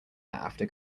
after